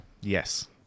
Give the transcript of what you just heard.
Yes